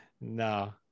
No